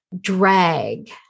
drag